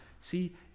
See